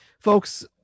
folks